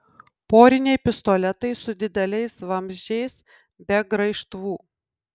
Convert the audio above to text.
poriniai pistoletai su dideliais vamzdžiais be graižtvų